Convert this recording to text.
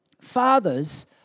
Fathers